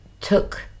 took